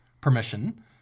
permission